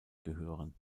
gehören